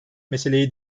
meseleyi